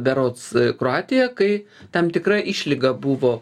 berods kroatija kai tam tikra išlyga buvo